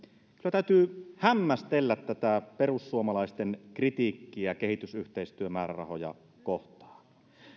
täytyy hämmästellä tätä perussuomalaisten kritiikkiä kehitysyhteistyömäärärahoja kohtaan